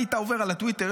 היית עובר על הטוויטר,